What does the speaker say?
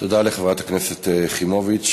תודה לחברת הכנסת יחימוביץ.